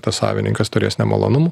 tas savininkas turės nemalonumų